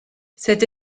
cette